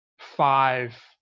five